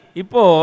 ipo